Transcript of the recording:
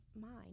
mind